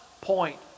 point